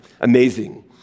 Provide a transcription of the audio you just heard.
Amazing